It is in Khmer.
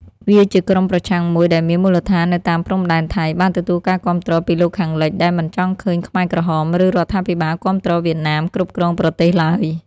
វាជាក្រុមប្រឆាំងមួយដែលមានមូលដ្ឋាននៅតាមព្រំដែនថៃ បានទទួលការគាំទ្រពីលោកខាងលិច ដែលមិនចង់ឃើញខ្មែរក្រហម ឬរដ្ឋាភិបាលគាំទ្រវៀតណាមគ្រប់គ្រងប្រទេសឡើយ។